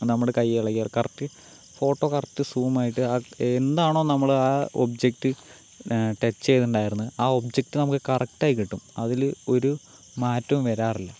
നമ്മുടെ കൈ ഇളകിയാൽ കറക്ട് ഫോട്ടോ കറക്റ്റ് സൂം ആയിട്ട് എന്താണോ നമ്മൾ ആ ഒബ്ജക്ട് ടച് ചെയ്തിട്ടുണ്ടായിരുന്നത് ആ ഒബ്ജക്റ്റ് നമ്മക്ക് കറക്ടായിട്ട് കിട്ടും അതിൽ ഒരു മാറ്റവും വരാറില്ല